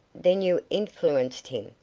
then you influenced him,